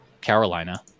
Carolina